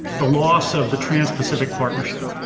the loss of the trans-pacific partnership.